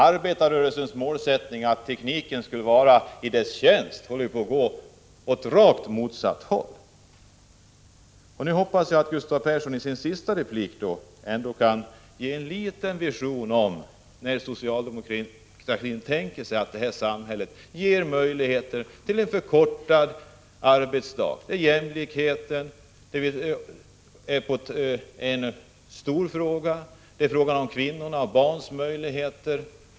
Arbetarrörelsens målsättning, att tekniken skulle vara i dess tjänst, håller på att gå åt rakt motsatt håll. Nu hoppas jag att Gustav Persson i sin sista replik kan ge mig en vision av när socialdemokratin tänker sig att samhället skall ge möjlighet till förkortad arbetstid. Jämlikheten är en stor fråga i samhället. Det gäller kvinnors och 2 barns möjligheter.